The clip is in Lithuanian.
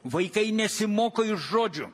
vaikai nesimoko iš žodžių